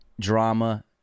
drama